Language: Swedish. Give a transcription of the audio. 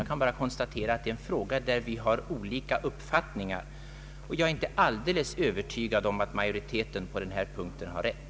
Jag kan bara konstatera att det gäller en fråga där vi har olika uppfattningar och att jag inte är alldeles övertygad om att majoriteten på denna punkt har rätt.